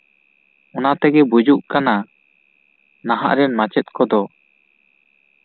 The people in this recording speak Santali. ᱚᱱᱟ ᱛᱮᱜᱮ ᱵᱩᱡᱩᱜ ᱠᱟᱱᱟ ᱱᱟᱦᱟᱜ ᱨᱮᱱ ᱢᱟᱪᱮᱫ ᱠᱚᱫᱚ